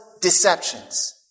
deceptions